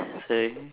sorry